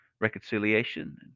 reconciliation